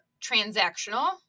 transactional